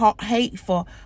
hateful